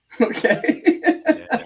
okay